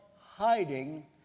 hiding